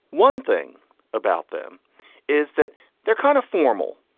one thing about them is that they're kind of formal,